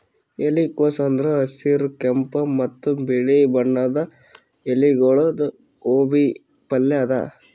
ಎಲಿಕೋಸ್ ಅಂದುರ್ ಹಸಿರ್, ಕೆಂಪ ಮತ್ತ ಬಿಳಿ ಬಣ್ಣದ ಎಲಿಗೊಳ್ದು ಗೋಬಿ ಪಲ್ಯ ಅದಾ